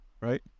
right